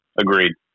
Agreed